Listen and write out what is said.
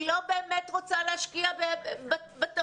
היא לא באמת רוצה להשקיע בתרבות.